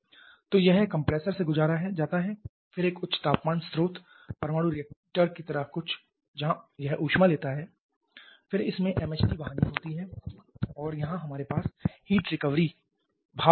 तो यह कंप्रेसर से गुजारा जाता है फिर एक उच्च तापमान स्रोत परमाणु रिएक्टर की तरह कुछ जहां यह ऊष्मा लेता है फिर इसमें एमएचडी वाहिनी होती है और यहां हमारे पास हीट रिकवरी भाप जनरेटर है